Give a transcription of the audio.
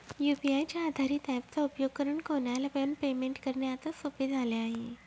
UPI च्या आधारित app चा उपयोग करून कोणाला पण पेमेंट करणे आता सोपे झाले आहे